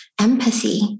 empathy